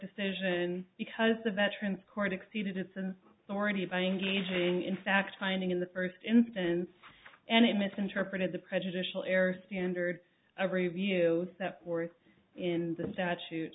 decision because the veterans court exceeded its and already buying gaging in fact finding in the first instance and it misinterpreted the prejudicial air standard of review that were in the statute